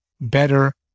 better